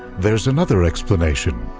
there's another explanation,